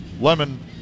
Lemon